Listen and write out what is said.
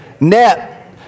net